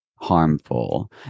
harmful